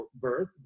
birth